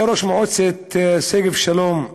הוא היה ראש מועצת שגב שלום,